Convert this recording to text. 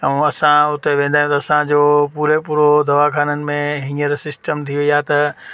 ऐं असां उते वेंदा आहियूं त असांजो पूरो पूरो हो दवाख़ाननि में सिस्टम थी वई आहे त